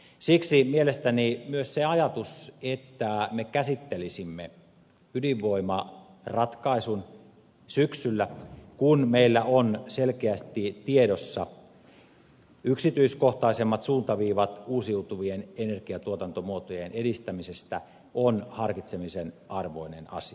siksi mielestäni myös se ajatus että me käsittelisimme ydinvoimaratkaisun syksyllä kun meillä on selkeästi tiedossa yksityiskohtaisemmat suuntaviivat uusiutuvien energiantuotantomuotojen edistämisestä on harkitsemisen arvoinen asia